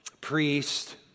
priest